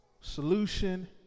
solution